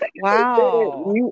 Wow